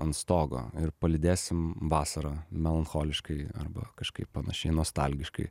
ant stogo ir palydėsim vasarą melancholiškai arba kažkaip panašiai nostalgiškai